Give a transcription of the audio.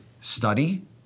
study